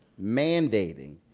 mandating,